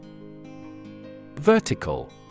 Vertical